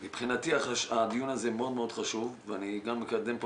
מבחינתי הדיון הזה מאוד מאוד חשוב ואני גם מקדם פה